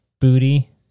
booty